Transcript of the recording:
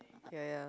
ya ya